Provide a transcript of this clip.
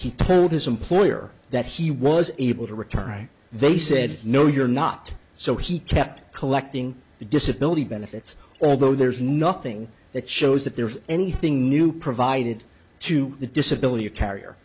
he told his employer that he was able to return they said no you're not so he kept collecting disability benefits although there's nothing that shows that there's anything new provided to the disability or carrier